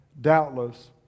doubtless